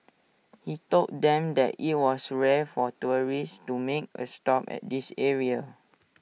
he told them that IT was rare for tourists to make A stop at this area